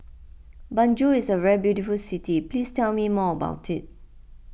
Banjul is a very beautiful city please tell me more about it